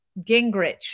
Gingrich